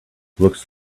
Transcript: looks